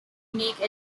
unique